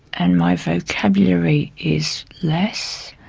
and my vocabulary is less,